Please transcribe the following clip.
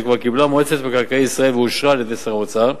שכבר קיבלה מועצת מקרקעי ישראל ואישר שר האוצר,